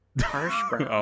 Harsh